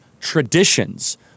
traditions